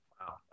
Wow